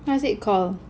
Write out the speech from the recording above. what is it called